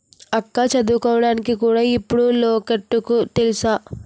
అక్కా చదువుకోడానికి కూడా ఇప్పుడు లోనెట్టుకోవచ్చు తెలుసా?